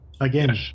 Again